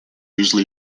usually